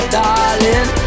darling